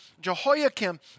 Jehoiakim